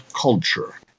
culture